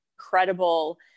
incredible